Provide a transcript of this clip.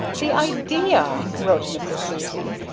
the idea! wrote mrs. susie.